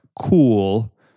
cool